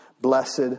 blessed